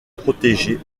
protégé